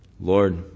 Lord